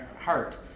heart